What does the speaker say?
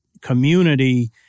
community